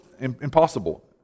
impossible